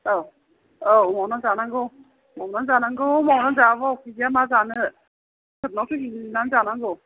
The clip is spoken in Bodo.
औ औ मावना जानांगौ मावना जानांगौ मावना जायाब्ला उफाय गैया मा जानो सोरनावथो बिनानै जानांगौ